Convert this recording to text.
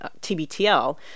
TBTL